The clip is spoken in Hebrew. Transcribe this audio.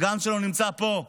הסגן שלו נמצא פה,